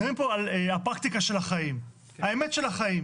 מדברים פה על הפרקטיקה של החיים, האמת של החיים.